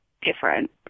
different